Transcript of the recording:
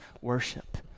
worship